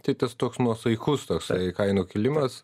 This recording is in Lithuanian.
tai tas toks nuosaikus toksai kainų kilimas